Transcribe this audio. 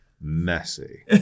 messy